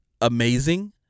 amazing